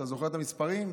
אתה זוכר את המספרים?